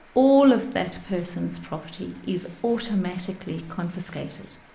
all of that person's property is automatically confiscated.